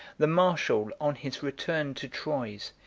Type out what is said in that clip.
the marshal, on his return to troyes,